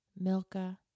Milka